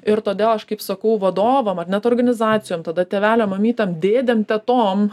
ir todėl aš kaip sakau vadovam ar net organizacijom tada tėveliam mamytėm dėdėm tetom